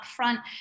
upfront